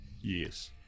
Yes